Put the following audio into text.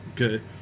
Okay